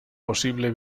possible